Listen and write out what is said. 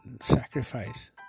sacrifice